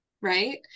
right